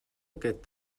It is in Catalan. aquest